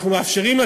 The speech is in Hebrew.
אנחנו מאפשרים,